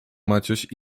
maciuś